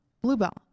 bluebell